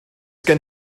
gen